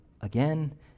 again